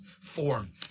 form